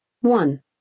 one